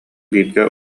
бииргэ